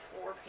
four